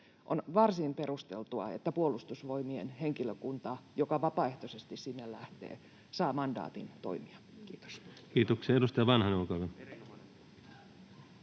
On varsin perusteltua, että Puolustusvoimien henkilökunta, joka vapaaehtoisesti sinne lähtee, saa mandaatin toimia. — Kiitos. Kiitoksia. — Edustaja Vanhanen, olkaa